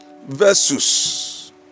versus